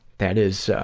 that is, ah,